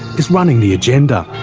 is running the agenda.